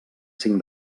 cinc